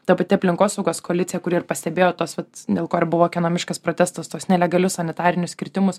ta pati aplinkosaugos koalicija kuri ir pastebėjo tuos vat dėl ko buvo ekonomiškas protestas tuos nelegalius sanitarinius kirtimus